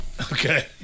okay